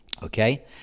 Okay